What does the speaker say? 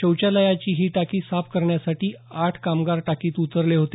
शौचालयाची ही टाकी साफ करण्यासाठी आठ कामगार टाकीत उतरले होते